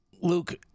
Luke